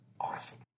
awesome